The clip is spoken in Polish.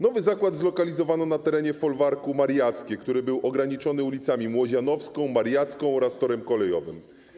Nowy zakład zlokalizowano na terenie folwarku Mariackie, który był ograniczony ulicami Młodzianowską i Mariacką oraz torem kolejowym.